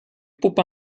pupa